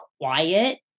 quiet